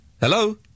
Hello